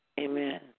Amen